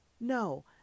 No